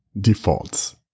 defaults